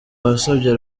wasabye